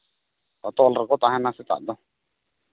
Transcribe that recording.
ᱛᱚᱞ ᱨᱮᱠᱚ ᱛᱟᱦᱮᱱᱟ ᱥᱮᱛᱟᱜ ᱫᱚ